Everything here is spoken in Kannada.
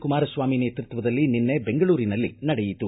ಕುಮಾರಸ್ವಾಮಿ ನೇತೃತ್ವದಲ್ಲಿ ನಿನ್ನೆ ಬೆಂಗಳೂರಿನಲ್ಲಿ ನಡೆಯಿತು